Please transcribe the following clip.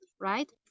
right